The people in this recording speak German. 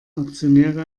aktionäre